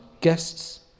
guests